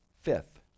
fifth